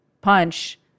punch